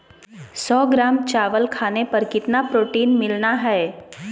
सौ ग्राम चावल खाने पर कितना प्रोटीन मिलना हैय?